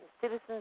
Citizens